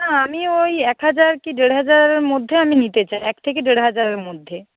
না আমি ওই এক হাজার কি দেড় হাজারের মধ্যে আমি নিতে চাই এক থেকে দেড় হাজারের মধ্যে